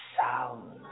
sound